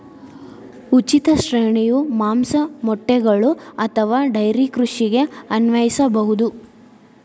ಉಚಿತ ಶ್ರೇಣಿಯು ಮಾಂಸ, ಮೊಟ್ಟೆಗಳು ಅಥವಾ ಡೈರಿ ಕೃಷಿಗೆ ಅನ್ವಯಿಸಬಹುದು